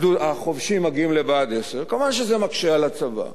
החובשים מגיעים לבה"ד 10. מובן שזה מקשה על הצבא.